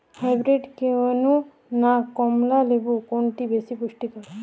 Hybrid কেনু না কমলা লেবু কোনটি বেশি পুষ্টিকর?